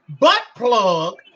Buttplug